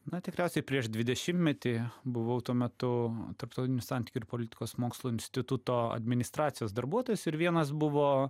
na tikriausiai prieš dvidešimtmetį buvau tuo metu tarptautinių santykių ir politikos mokslų instituto administracijos darbuotojas ir vienas buvo